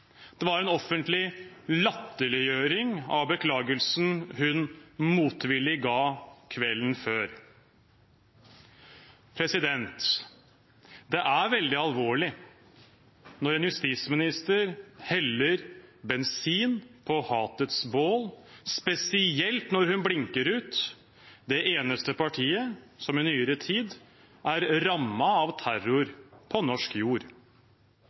Dette var en offentlig ydmykelse av Erna Solberg og en offentlig latterliggjøring av beklagelsen hun motvillig ga kvelden før. Det er veldig alvorlig når en justisminister heller bensin på hatets bål, og spesielt når hun blinker ut det eneste partiet som i nyere tid er rammet av terror på norsk jord.